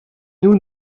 nous